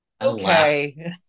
okay